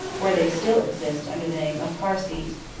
where they still exist under the name of parsees,